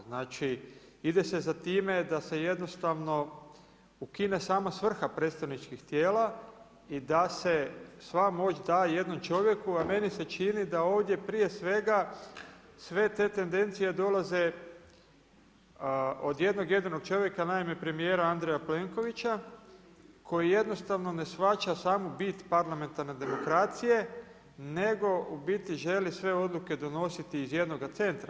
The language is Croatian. Znači ide se za time da se jednostavno ukine sama svrha predstavničkih tijela i da se sva moć da jednom čovjeku, a meni se čini da ovdje prije svega sve te tendencije dolaze od jednog jedinog čovjeka, naime premijera Andreja Plenkovića koji jednostavno ne shvaća samu bit parlamentarne demokracije, nego u biti želi sve odluke donositi iz jednoga centra.